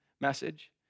message